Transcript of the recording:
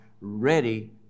ready